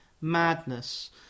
madness